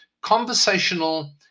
conversational